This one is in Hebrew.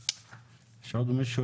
יש עוד מישהו